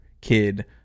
kid